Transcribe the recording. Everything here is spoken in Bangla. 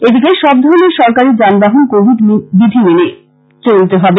এদিকে সবধরনের সরকারী যানবাহন কোবিড বিধি মেনে করতে হবে